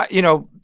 ah you know,